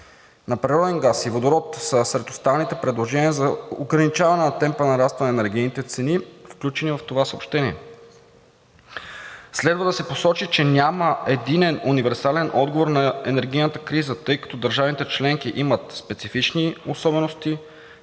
на природен газ и водород са сред останалите предложения за ограничаване на темпа на нарастване на енергийните цени, включени в това съобщение. Следва да се посочи, че няма единен универсален отговор на енергийната криза, тъй като държавите членки имат специфични особености,